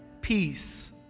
Peace